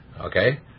okay